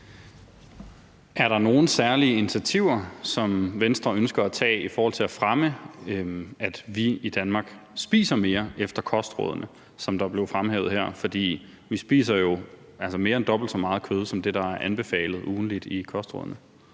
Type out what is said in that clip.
Er der nogen særlige initiativer, som Venstre ønsker at tage i forhold til at fremme, at vi i Danmark spiser mere efter kostrådene, som det er blevet fremhævet her, for vi spiser jo altså ugentligt mere end dobbelt så meget kød, end der er anbefalet i kostrådene?